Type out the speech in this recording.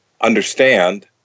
understand